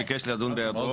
ביקש לדון בהיעדרו.